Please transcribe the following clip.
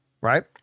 right